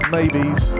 Maybes